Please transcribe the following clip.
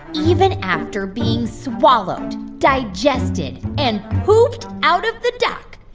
even after being swallowed, digested and pooped out of the duck,